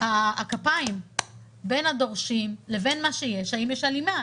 הכפיים בין הדורשים לבין מה שיש, האם יש הלימה.